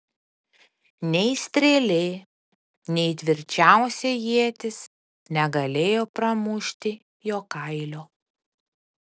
nei strėlė nei tvirčiausia ietis negalėjo pramušti jo kailio